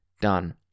done